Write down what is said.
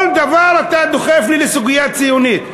כל דבר אתה דוחף לי לסוגיה ציונית.